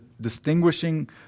distinguishing